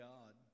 God